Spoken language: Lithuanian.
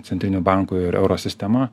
centriniu banku ir euro sistema